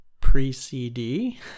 pre-CD